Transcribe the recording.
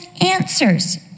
answers